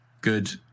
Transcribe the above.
Good